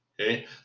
Okay